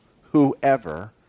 Whoever